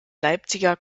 leipziger